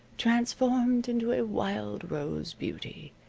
transformed into a wild-rose beauty,